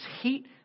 heat